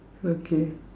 okay